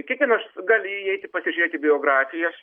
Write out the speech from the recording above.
kiekvienas gali įeiti pasižiūrėti biografijas